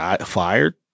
fired